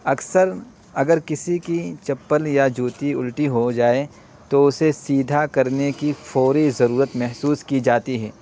اکثر اگر کسی کی چپل یا جوتی الٹی ہو جائے تو اسے سیدھا کرنے کی فوری ضرورت محسوس کی جاتی ہے